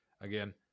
again